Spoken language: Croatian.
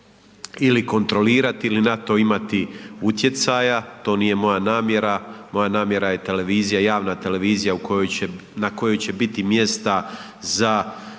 ili kontrolirati ili na to imati utjecaja, to nije moja namjera, moja namjera je televizija, javna televizija na kojoj će biti mjesta za